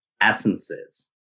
essences